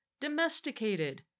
domesticated